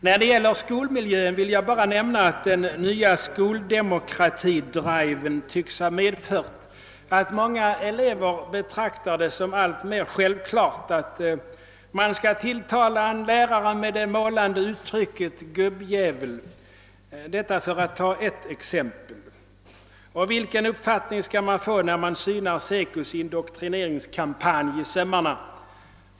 När det gäller skolmiljön vill jag nämna att den nya skoldemokratidriven tycks ha medfört att många elever betraktar det som alltmer självklart att man skall kunna tilltala en lärare med det målande uttrycket »gubbjävel«, för att ta ett exempel. Vilken uppfattning får man, när man synar SECO:s indoktrineringskampanj i sömmarna?